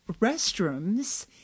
restrooms